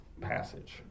passage